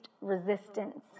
resistance